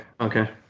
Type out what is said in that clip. okay